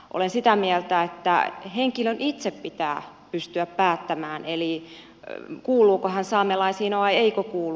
olen sitä mieltä että henkilön itse pitää pystyä päättämään kuuluuko hän saamelaisiin vai eikö kuulu